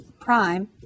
prime